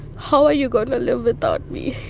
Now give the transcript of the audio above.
how are you going to live without me?